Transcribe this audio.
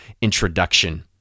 introduction